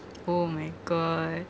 oh my god